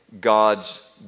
God's